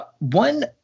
one